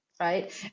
right